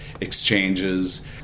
exchanges